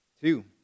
Two